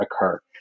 occur